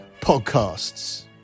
podcasts